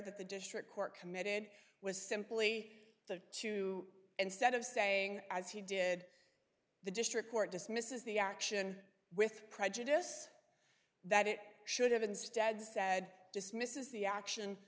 that the district court committed was simply that to instead of saying as he did the district court dismisses the action with prejudice that it should have instead said dismisses the action